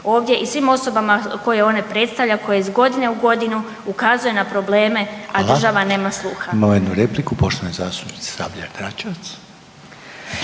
ovdje i svim osobama koje one predstavlja koje iz godine u godinu ukazuje na problema, a država nema sluha.